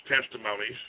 testimonies